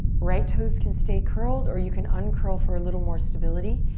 right toes can stay curled or you can uncurl for a little more stability.